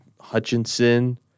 Hutchinson